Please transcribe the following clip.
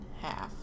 half